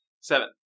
Seven